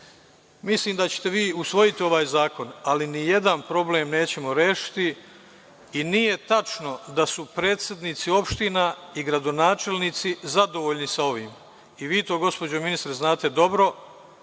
da ćete vi usvojiti ovaj zakon, ali nijedan problem nećemo rešiti i nije tačno da su predsednici opština i gradonačelnici zadovoljni sa ovim i vi to gospođo ministar znate dobro.